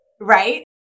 right